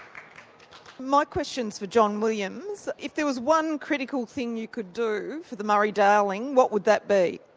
my question is for john williams. if there was one critical thing you could do for the murray darling what would that be?